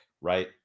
Right